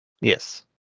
Yes